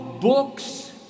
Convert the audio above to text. books